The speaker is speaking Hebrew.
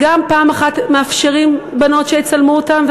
ראשית כשבנות מאפשרות שיצלמו אותן,